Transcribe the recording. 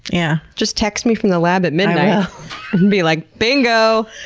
yeah just text me from the lab at midnight and be like, bingo.